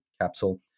capsule